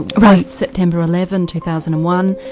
ah post september eleven, two thousand and one,